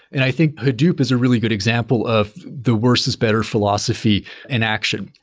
and i think hadoop is a really good example of the worse is better philosophy in action.